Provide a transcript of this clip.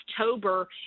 October